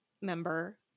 member